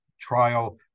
trial